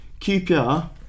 QPR